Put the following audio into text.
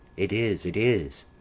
it is, it is!